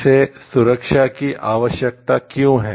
इसे सुरक्षा की आवश्यकता क्यों है